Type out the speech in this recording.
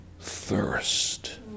thirst